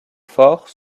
fort